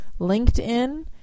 LinkedIn